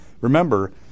Remember